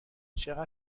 چقدر